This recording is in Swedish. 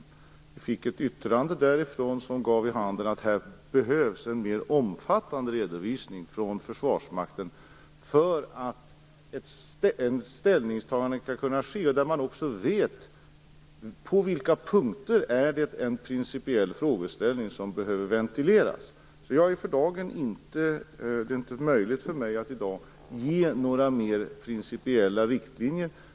Regeringen fick ett yttrande därifrån som gav vid handen att här behövs en mer omfattande redovisning från Försvarsmakten för att ett ställningstagande skall kunna ske. Man måste veta på vilka punkter detta är en principiell frågeställning som behöver ventileras. Det är alltså inte möjligt för mig att i dag ge några mer principiella riktlinjer.